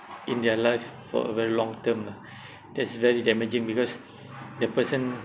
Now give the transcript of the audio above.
in their life for a very long term lah that's very damaging because the person